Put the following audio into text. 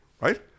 right